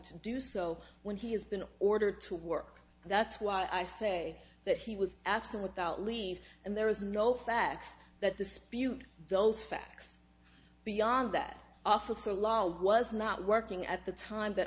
to do so when he has been ordered to work and that's why i say that he was absent without leave and there is no facts that dispute those facts beyond that officer law was not working at the time that